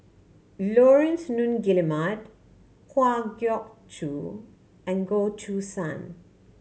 Laurence Nunns Guillemard Kwa Geok Choo and Goh Choo San